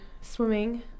swimming